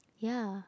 ya